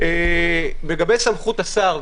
לגבי סמכות השר,